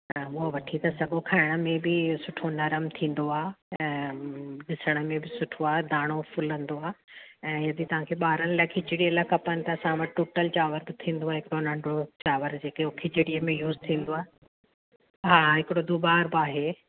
त उहो वठी था सघो खाइण में बि सुठो नरम थींदो आहे ऐं ॾिसण में बि सुठो आहे दाणो फुलंदो आहे ऐं यदि तव्हांखे ॿारनि लाइ खिचड़ीअ लाइ खपनि त असां वटि टुटल चांवर बि थींदो आहे हिकिड़ो नंढिणो चांवर जेके उहा खिचड़ीअ में यूस थींदो आहे हा हिकिड़ो दूबार बि आहे